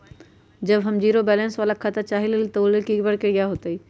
हम zero balance वाला खाता चाहइले वो लेल की की प्रक्रिया होतई?